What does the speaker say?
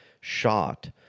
shot